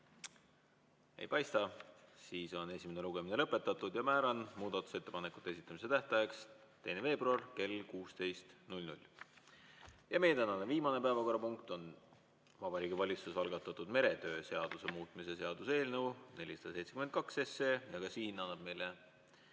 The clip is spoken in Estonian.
Ei paista. Siis on esimene lugemine lõpetatud. Määran muudatusettepanekute esitamise tähtajaks 2. veebruari kell 16. Meie tänane viimane päevakorrapunkt on Vabariigi Valitsuse algatatud meretöö seaduse muutmise seaduse eelnõu 472 esimene lugemine. Ka siin annab meile